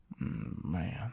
Man